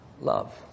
Love